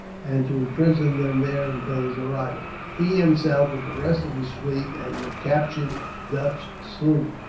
and to imprison them there until his arrival. he himself, with the rest of his fleet, and the captured dutch sloop,